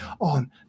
on